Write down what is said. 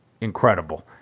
incredible